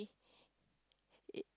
it